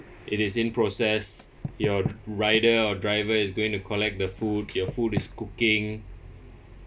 it is in process your rider or driver is going to collect the food your food is cooking